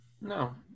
no